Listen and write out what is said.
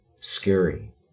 scary